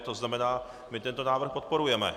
To znamená, my tento návrh podporujeme.